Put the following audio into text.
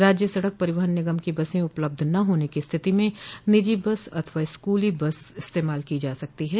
राज्य सड़क परिवहन निगम की बसें उपलब्ध न होने की स्थिति में निजी बस अथवा स्कूली बस इस्तेमाल की जा सकती है